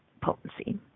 potency